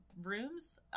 rooms